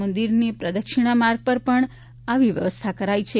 મંદિરની પ્રદક્ષીણાના માર્ગ ઉપર પણ આવી વ્યવસ્થા કરાઇ છે